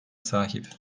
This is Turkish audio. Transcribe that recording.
sahip